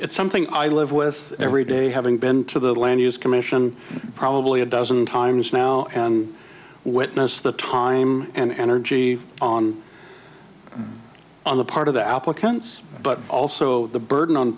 it's something i live with every day having been to the land use commission probably a dozen times now and witness the time and energy on on the part of the applicants but also the burden on